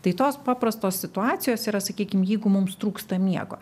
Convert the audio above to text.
tai tos paprastos situacijos yra sakykim jeigu mums trūksta miego